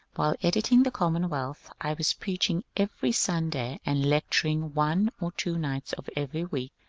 while editing the common wealth i was preaching every sunday and lecturing one or two nights of every week.